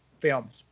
Films